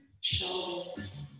shoulders